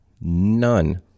None